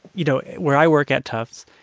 you know, where i work at tufts,